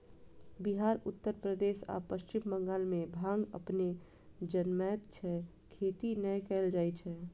बिहार, उत्तर प्रदेश आ पश्चिम बंगाल मे भांग अपने जनमैत छै, खेती नै कैल जाए छै